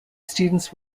students